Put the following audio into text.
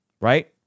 Right